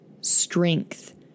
strength